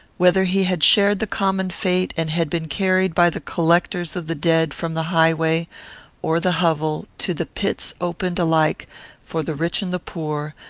whether he had shared the common fate, and had been carried by the collectors of the dead from the highway or the hovel to the pits opened alike for the rich and the poor,